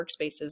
workspaces